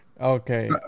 okay